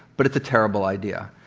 but it's a terrible idea.